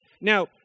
Now